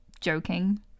joking